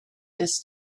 this